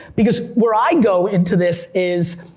because where i go into this is,